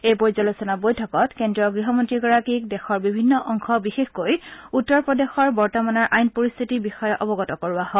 এই পৰ্যালোচনা বৈঠকত কেন্দ্ৰীয় গৃহমন্ত্ৰাগৰাকীক দেশৰ বিভিন্ন অংশ বিশেষকৈ উত্তৰ প্ৰদেশৰ বৰ্তমানৰ আইন পৰিস্থিতিৰ বিষয়ে অৱগত কৰোৱা হয়